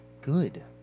good